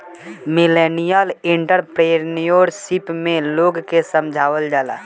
millennial entrepreneurship में लोग के समझावल जाला